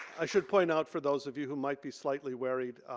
i should point out for those of you who might be slightly worried